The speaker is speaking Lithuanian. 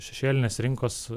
šešėlinės rinkos